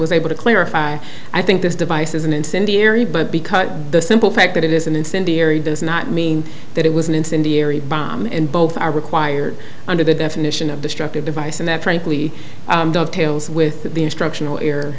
was able to clarify i think this device is an incendiary but because the simple fact that it is an incendiary does not mean that it was an incendiary bomb and both are required under the definition of destructive device and that frankly with the instructional air